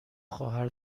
خواهر